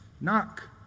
Knock